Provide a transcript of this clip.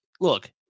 look